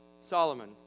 Solomon